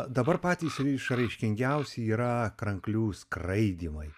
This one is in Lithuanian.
dabar patys i išraiškingiausi yra kranklių skraidymai